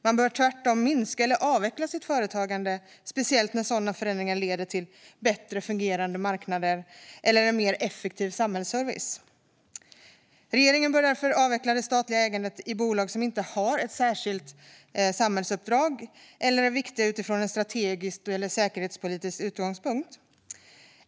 Man bör tvärtom minska eller avveckla sitt företagande, speciellt när sådana förändringar leder till bättre fungerande marknader eller en mer effektiv samhällsservice. Regeringen bör därför avveckla det statliga ägandet i bolag som inte har ett särskilt samhällsuppdrag eller är viktiga utifrån en strategisk och säkerhetspolitisk utgångspunkt.